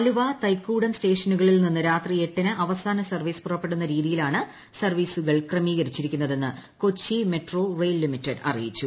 ആലുവ തൈക്കൂടം സ്റ്റേഷനുകളിൽ നിന്ന് രാത്രി എട്ടിന് അവസാന സർവ്വീസ് പുറപ്പെടുന്ന രീതിയിലാണ് സർവ്വീസുകൾ ക്രമീകരിച്ചിരിക്കുന്നതെന്ന് കൊച്ചി മെട്രോ റെയിൽ ലിമിറ്റഡ് അറിയിച്ചു